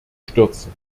stürzen